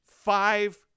five